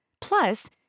Plus